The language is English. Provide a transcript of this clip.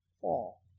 fall